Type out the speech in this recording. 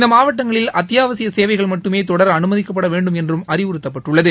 இந்த மாவட்டங்களில் அத்தியாவசிய சேவைகள் மட்டுமே தொடர அனுமதிக்கப்பட வேண்டும் என்றும் அறிவுறுத்தப்பட்டுள்ளது